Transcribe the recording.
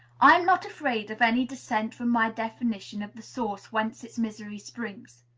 i am not afraid of any dissent from my definition of the source whence its misery springs.